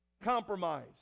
compromise